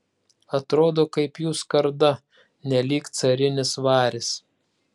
atrodo kaip jų skarda nelyg carinis varis